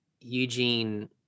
Eugene